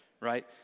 right